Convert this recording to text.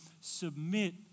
submit